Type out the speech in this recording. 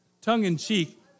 tongue-in-cheek